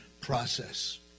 process